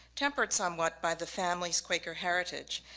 tempered somewhat by the family's quaker heritage,